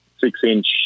six-inch